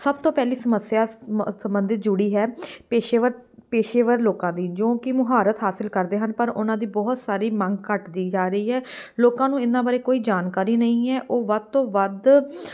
ਸਭ ਤੋਂ ਪਹਿਲੀ ਸਮੱਸਿਆ ਮ ਸੰਬੰਧਿਤ ਜੁੜੀ ਹੈ ਪੇਸ਼ੇਵਰ ਪੇਸ਼ੇਵਰ ਲੋਕਾਂ ਦੀ ਜੋ ਕਿ ਮੁਹਾਰਤ ਹਾਸਲ ਕਰਦੇ ਹਨ ਪਰ ਉਹਨਾਂ ਦੀ ਬਹੁਤ ਸਾਰੀ ਮੰਗ ਘੱਟਦੀ ਜਾ ਰਹੀ ਹੈ ਲੋਕਾਂ ਨੂੰ ਇਹਨਾਂ ਬਾਰੇ ਕੋਈ ਜਾਣਕਾਰੀ ਨਹੀਂ ਹੈ ਉਹ ਵੱਧ ਤੋਂ ਵੱਧ